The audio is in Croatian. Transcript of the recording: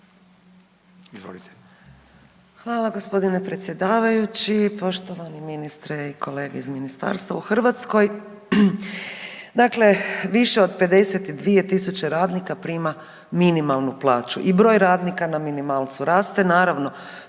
Hvala g. predsjedavajući, poštovani ministre i kolege iz ministarstva. U Hrvatskoj, dakle više od 52 tisuće radnika prima minimalnu plaću i broj radnika na minimalcu raste. Naravno,